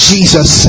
Jesus